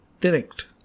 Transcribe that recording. Direct